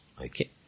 Okay